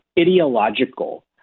ideological